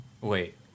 Wait